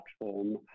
platform